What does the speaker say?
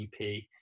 EP